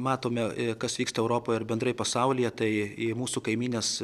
matome kas vyksta europoj ir bendrai pasaulyje tai į mūsų kaimynes